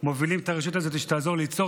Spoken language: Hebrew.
אנחנו מובילים את הרשות הזאת שתעזור לנו ליצור